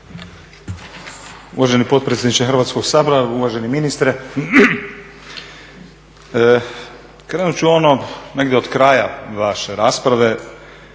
Uvaženi potpredsjedniče Hrvatskog sabora, uvaženi ministre. Krenut ću negdje od kraja vaše rasprave,